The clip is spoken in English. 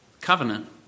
covenant